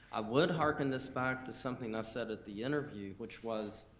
i would harken this back to something i said at the interview, which was,